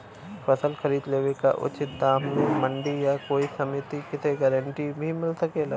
फसल खरीद लेवे क उचित दाम में मंडी या कोई समिति से गारंटी भी मिल सकेला?